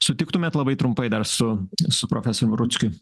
sutiktumėt labai trumpai dar su su profesorium ruckiu